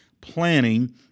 planning